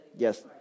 Yes